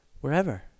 Wherever